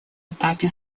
этапе